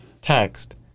text